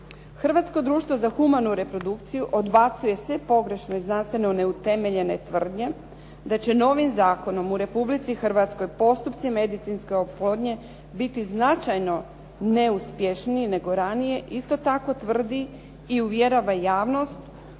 Hrvatsko društvo za humanu reprodukciju odbacuje sve pogrešne i znanstveno neutemeljene tvrdnje da će novim zakonom u Republici Hrvatskoj postupci medicinske oplodnje biti značajno neuspješniji nego ranije. Isto tako tvrdi i uvjerava javnost,